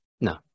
No